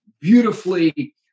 beautifully